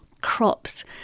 crops